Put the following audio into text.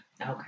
Okay